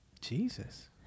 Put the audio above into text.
jesus